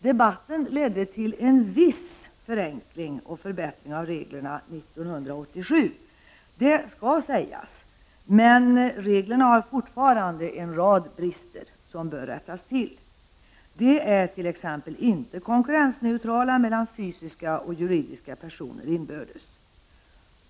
Debatten ledde till en viss förenkling och förbättring 1987 — det skall sägas — men reglerna har fortfarande en rad brister som bör rättas till. De är t.ex. inte konkurrensneutrala mellan fysiska och juridiska personer inbördes.